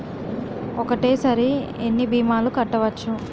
ఒక్కటేసరి ఎన్ని భీమాలు కట్టవచ్చు?